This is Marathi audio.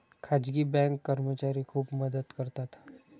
खाजगी बँक कर्मचारी खूप मदत करतात